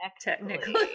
Technically